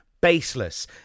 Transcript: baseless